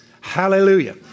Hallelujah